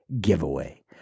giveaway